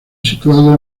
situado